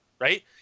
right